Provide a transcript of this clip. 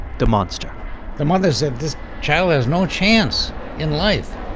the monster the mother said, this child has no chance in life.